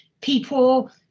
people